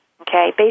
okay